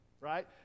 Right